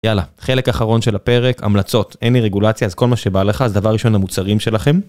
יאללה חלק אחרון של הפרק המלצות אין לי רגולציה אז כל מה שבא לך אז דבר ראשון המוצרים שלכם